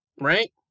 right